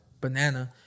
Banana